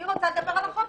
היא רוצה לדבר על החוק.